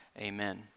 amen